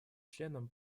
членам